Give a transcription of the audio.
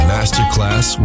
Masterclass